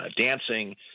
dancing